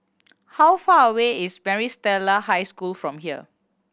how far away is Maris Stella High School from here